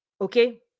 okay